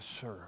serve